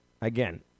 again